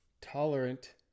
tolerant